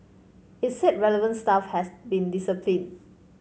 it said relevant staff has been disciplined